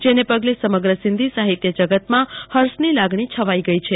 જેને પગલે સમગ્ર સિંધી સાહીત્ય જગતમાં હર્ષની લાગણી છવાઈ ગઈ છે